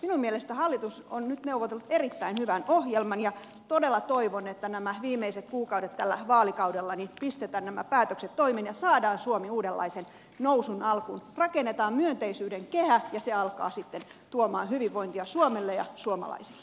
minun mielestäni hallitus on nyt neuvotellut erittäin hyvän ohjelman ja todella toivon että näinä viimeisinä kuukausina tällä vaalikaudella pistetään nämä päätökset toimeen ja saadaan suomi uudenlaisen nousun alkuun rakennetaan myönteisyyden kehä ja se alkaa sitten tuomaan hyvinvointia suomelle ja suomalaisille